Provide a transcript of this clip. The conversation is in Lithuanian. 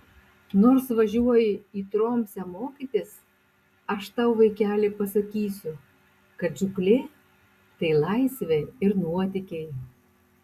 nors važiuoji į tromsę mokytis aš tau vaikeli pasakysiu kad žūklė tai laisvė ir nuotykiai